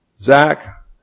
Zach